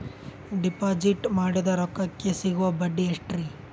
Deposit ಮಾಡಿದ ರೊಕ್ಕಕೆ ಸಿಗುವ ಬಡ್ಡಿ ಎಷ್ಟ್ರೀ?